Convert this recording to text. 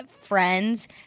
friends